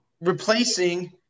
replacing